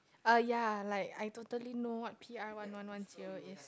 uh ya like I totally know what P_R one one one zero is